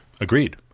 Agreed